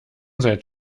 seit